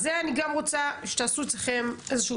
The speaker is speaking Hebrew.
אז על זה אני רוצה שתעשו אצלכם איזשהו